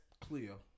Cleo